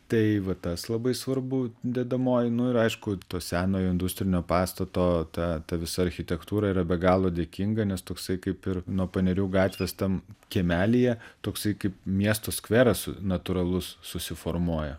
tai va tas labai svarbu dedamoji nu ir aišku to senojo industrinio pastato ta ta visa architektūra yra be galo dėkinga nes toksai kaip ir nu panerių gatvės tam kiemelyje toksai kaip miesto skveras natūralus susiformuoja